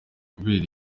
kubera